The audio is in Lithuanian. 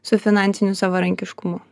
su finansiniu savarankiškumu